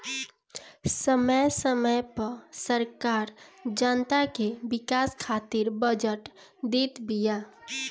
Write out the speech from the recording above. समय समय पअ सरकार जनता के विकास खातिर बजट देत बिया